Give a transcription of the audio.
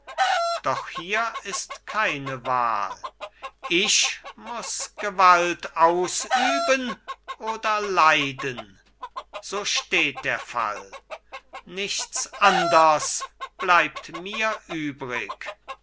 doch hier ist keine wahl ich muß gewalt ausüben oder leiden so steht der fall nichts anders bleibt mir übrig